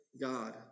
God